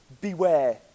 beware